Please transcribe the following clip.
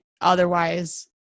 otherwise